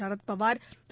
Sharad Pawar Thiru